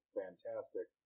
fantastic